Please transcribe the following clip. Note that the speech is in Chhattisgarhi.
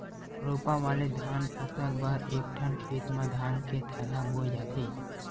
रोपा वाले धान फसल बर एकठन खेत म धान के थरहा बोए जाथे